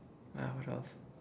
uh what else